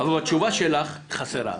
אבל התשובה שלך היא חסרה,